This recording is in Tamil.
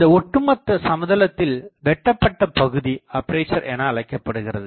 இந்த ஒட்டுமொத்த சமதளத்தில் வெட்டப்பட்ட பகுதி அப்பேசர் எனஅழைக்கப்படுகிறது